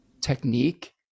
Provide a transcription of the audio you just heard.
technique